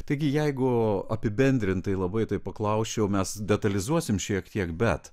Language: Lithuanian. taigi jeigu apibendrintai labai tai paklausčiau mes detalizuosim šiek tiek bet